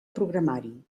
programari